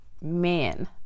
man